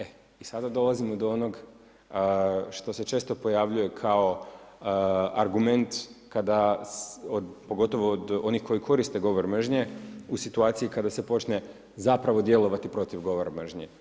E i sada dolazimo do onog što se često pojavljuje kao argument kada, pogotovo od onih koji koriste govor mržnje u situaciji kada se počne zapravo djelovati protiv govora mržnje.